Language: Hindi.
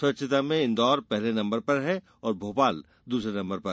स्वच्छता में इंदौर पहले नंबर पर है और भोपाल दुसरे नंबर पर